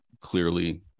clearly